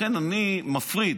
לכן אני מפריד,